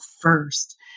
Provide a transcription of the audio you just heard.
first